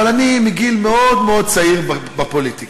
אבל אני מגיל מאוד מאוד צעיר בפוליטיקה.